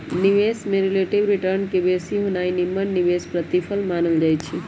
निवेश में relative return के बेशी होनाइ निम्मन निवेश प्रतिफल मानल जाइ छइ